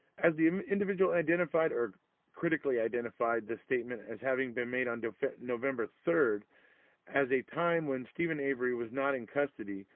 as the um individual identified or critically identified the statement as having been made on and november third as a time when steven avery was not in custody,